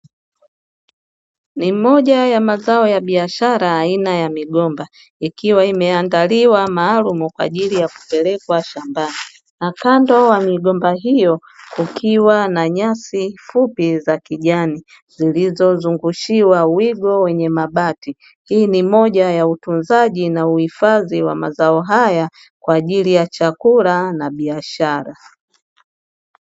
Ni moja ya mazao ya biashara aina ya migomba, ikiwa imeandaliwa maalumu kwa ajili ya kupelekwa shambani na kando ya migomba hiyo kukiwa na nyasi fupi za kijani; zilizozungushiwa wigo wenye mabati. Hii ni moja ya utunzaji na uhifadhi wa mazao haya kwa ajili ya chakula na biashara.